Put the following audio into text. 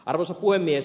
arvoisa puhemies